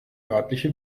örtliche